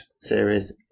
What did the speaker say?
series